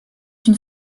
une